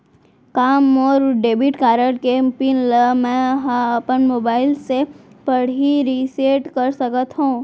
का मोर debit card के पिन ल मैं ह अपन मोबाइल से पड़ही रिसेट कर सकत हो?